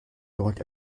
dort